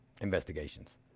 investigations